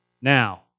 Now